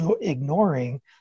ignoring